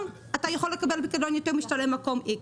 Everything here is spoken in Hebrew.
אתה יכול לקבל פיקדון יותר משתלם במקום X,